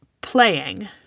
playing